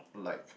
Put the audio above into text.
like